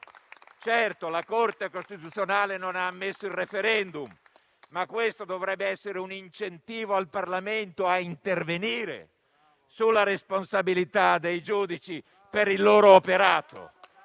Certo, la Corte costituzionale non ha ammesso il *referendum*, ma questo dovrebbe essere un incentivo al Parlamento a intervenire sulla responsabilità dei giudici per il loro operato.